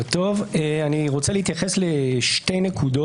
רק על תגידו שלא מתנהל פה שיח בגללי.